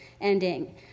ending